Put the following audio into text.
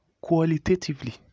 qualitatively